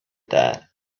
that